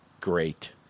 great